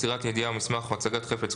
מסירת ידיעה או מסמך או הצגת חפץ,